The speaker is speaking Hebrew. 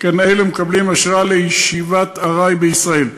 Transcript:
שכן אלו מקבלים אשרה לישיבת ארעי בישראל.